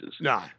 No